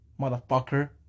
motherfucker